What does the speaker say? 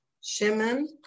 Shimon